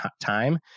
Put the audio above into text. time